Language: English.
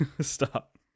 Stop